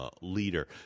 Leader